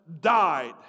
died